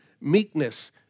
meekness